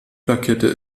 plakette